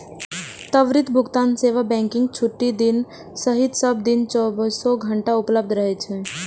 त्वरित भुगतान सेवा बैंकक छुट्टीक दिन सहित सब दिन चौबीसो घंटा उपलब्ध रहै छै